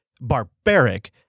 barbaric